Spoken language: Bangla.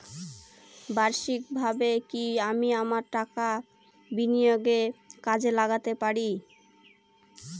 বার্ষিকভাবে কি আমি আমার টাকা বিনিয়োগে কাজে লাগাতে পারি?